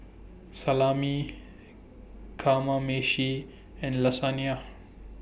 Salami Kamameshi and Lasagna